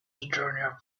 junior